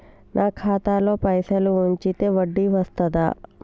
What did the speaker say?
నాకు ఖాతాలో పైసలు ఉంచితే వడ్డీ వస్తదా?